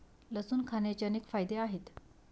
लसूण खाण्याचे अनेक फायदे आहेत